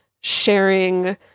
sharing